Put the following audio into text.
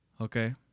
Okay